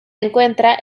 encuentra